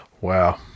wow